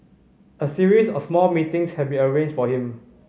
a series of small meetings had been arranged for him